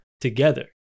together